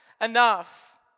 enough